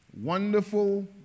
Wonderful